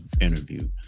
interview